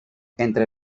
entre